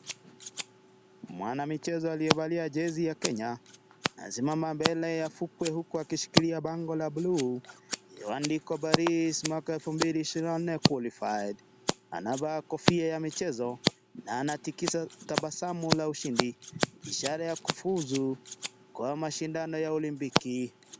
Mwanamichezo aliyevalia jezi ya Kenya anasimamia mbele ya fukwe huku akishikilia bango la bluu iliyoandikwa Paris 2024 qualified cs]. Anavaa kofia ya michezo na anatabasamu la ushindi ishara ya kufuzu kwa mashindano ya olimpiki.